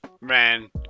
man